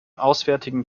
auswärtigen